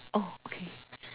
orh okay